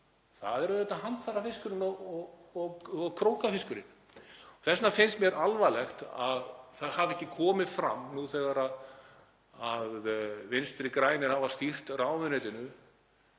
það er auðvitað handfærafiskurinn og krókafiskurinn. Þess vegna finnst mér alvarlegt að það hafi ekki komið fram, nú þegar Vinstri grænir hafa stýrt ráðuneytinu